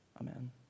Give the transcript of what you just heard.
amen